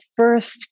first